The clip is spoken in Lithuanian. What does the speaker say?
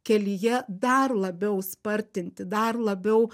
kelyje dar labiau spartinti dar labiau